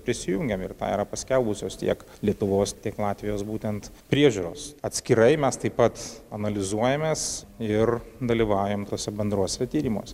prisijungėm ir tą yra paskelbusios tiek lietuvos tiek latvijos būtent priežiūros atskirai mes taip pat analizuojamės ir dalyvaujam tuose bendruose tyrimuose